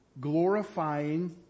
Glorifying